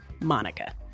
Monica